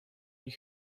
you